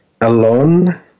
alone